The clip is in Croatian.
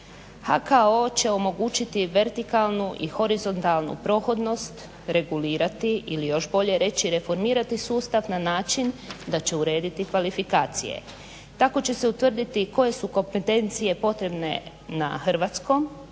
HKO će omogućiti vertikalnu i horizontalnu prohodnost, regulirati ili još bolje reći reformirati sustav na način da će urediti kvalifikacije, tako će se utvrditi koje su kompetencije potrebne na hrvatskom,